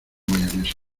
mayonesa